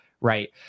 right